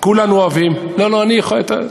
על זה אני חולק.